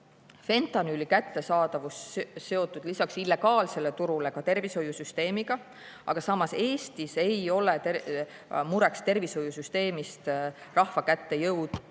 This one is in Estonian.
fentanüüli kättesaadavus seotud lisaks illegaalsele turule ka tervishoiusüsteemiga. Aga samas, Eestis ei ole mureks tervishoiusüsteemist rahva kätte jõudvad